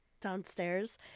downstairs